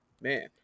Man